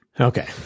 Okay